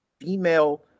female